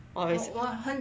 or is